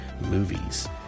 movies